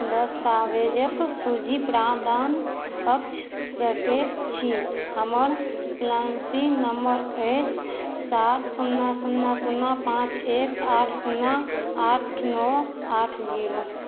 दस्तावेजक सूजी प्रानदान कक्ष सकैत छी हमर प्लान सी नम्बर अछि सात शून्ना शून्ना शून्ना पाँच एक आठ शून्ना आठ नओ आठ जीरो